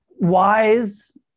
wise